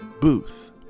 Booth